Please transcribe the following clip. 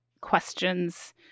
questions